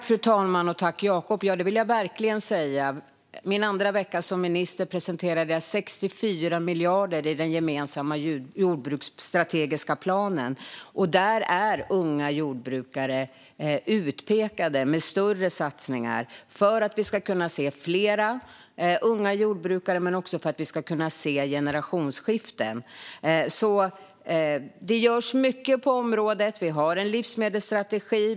Fru talman! Ja, det vill jag verkligen säga. Under min andra vecka som minister presenterade jag 64 miljarder i den gemensamma jordbruksstrategiska planen, och där är unga jordbrukare utpekade med större satsningar för att vi ska kunna se fler unga jordbrukare men också för att vi ska kunna se generationsskiften. Det görs alltså mycket på området. Vi har en livsmedelsstrategi.